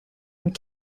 and